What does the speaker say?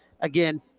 Again